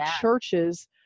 churches